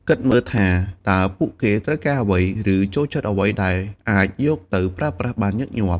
គិតមើលថា តើពួកគេត្រូវការអ្វី ឬចូលចិត្តអ្វីដែលអាចយកទៅប្រើប្រាស់បានញឹកញាប់។